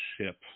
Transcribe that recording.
ship